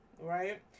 right